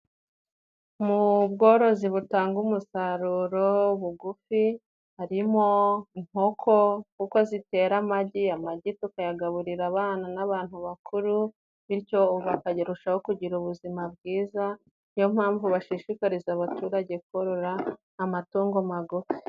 Mu bworozi butanga umusaruro bugufi, harimo inkoko kuko zitera amagi, amagi tukayagaburira abana n'abantu bakuru bityo bakajyarushaho kugira ubuzima bwiza, ni yo mpamvu bashishikariza abaturage korora amatungo magufi.